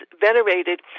venerated